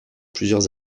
plusieurs